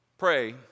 Pray